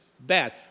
Bad